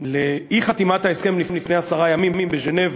לאי-חתימת ההסכם לפני עשרה ימים בז'נבה